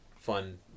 fun